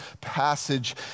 passage